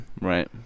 Right